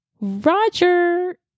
Roger